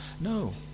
No